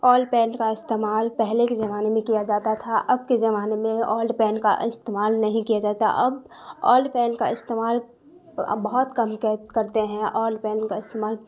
آل paint کا استعمال پہلے کے زمانے میں کیا جاتا تھا اب کے زمانے میں اولڈ پینٹ کا استعمال نہیں کیا جاتا اب اولڈ پینٹ کا استعمال اب بہت کم کرتے ہیں آل پین کا استعمال